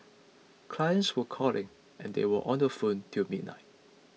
clients were calling and we were on the phone till midnight